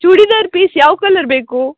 churidar piece ಯಾವ colour ಬೇಕು